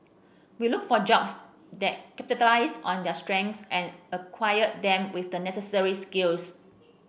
we look for jobs that capitalize on their strengths and acquire them with the necessary skills